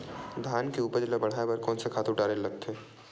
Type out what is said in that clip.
धान के उपज ल बढ़ाये बर कोन से खातु डारेल लगथे?